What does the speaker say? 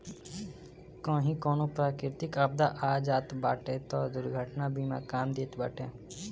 कही कवनो प्राकृतिक आपदा आ जात बाटे तअ दुर्घटना बीमा काम देत बाटे